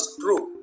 true